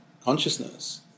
consciousness